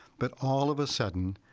but all of a sudden